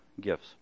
gifts